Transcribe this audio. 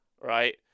right